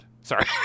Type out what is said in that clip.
Sorry